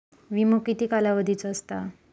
विमो किती कालावधीचो असता?